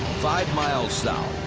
five miles south.